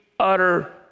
Utter